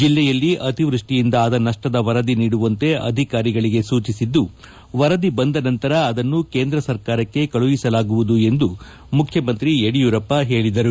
ಜಿಲ್ಲೆಯಲ್ಲಿ ಅತಿವೃಷ್ಟಿಯಿಂದ ಆದ ನಷ್ಟದ ವರದಿ ನೀಡುವಂತೆ ಅಧಿಕಾರಿಗಳಗೆ ಸೂಚಿಸಿದ್ದ ವರದಿ ಬಂದ ನಂತರ ಅದನ್ನು ಕೇಂದ್ರ ಸರ್ಕಾರಕ್ಕೆ ಕಳುಹಿಸಲಾಗುವುದು ಎಂದು ಮುಖ್ಚಮಂತ್ರಿ ಹೇಳಿದರು